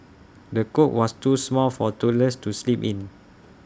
the cot was too small for toddlers to sleep in